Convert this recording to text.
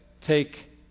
take